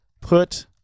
Put